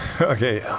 Okay